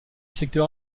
secteur